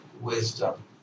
wisdom